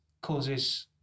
causes